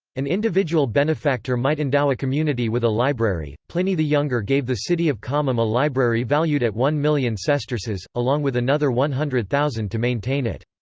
an individual benefactor might endow a community with a library pliny the younger gave the city of comum a library valued at one million sesterces, along with another one hundred thousand to maintain it.